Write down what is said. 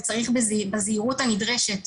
וצריך בזהירות הנדרשת